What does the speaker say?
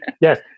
yes